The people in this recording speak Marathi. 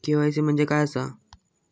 के.वाय.सी म्हणजे काय आसा?